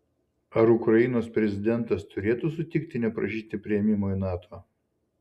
ar ukrainos prezidentas turėtų sutikti neprašyti priėmimo į nato